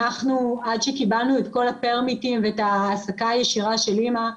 אנחנו עד שקיבלנו את כל הפרמיטים ואת העסקה ישירה של אמא,